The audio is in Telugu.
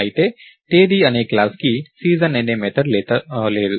అయితే తేదీ అనే క్లాస్ కి సీజన్ అనే మెథడ్ లేదు